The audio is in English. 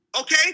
Okay